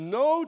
no